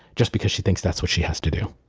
just because she thinks that's what she has to do